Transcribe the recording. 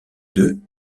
deux